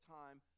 time